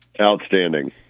Outstanding